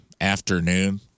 afternoon